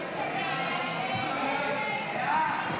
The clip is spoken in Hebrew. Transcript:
סעיף